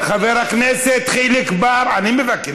חבר הכנסת חיליק בר, אני מבקש.